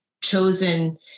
chosen